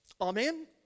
amen